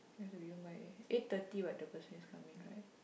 you want to be home by eight thirty what the person is coming right